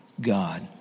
God